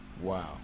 Wow